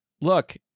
look